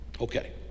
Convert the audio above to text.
Okay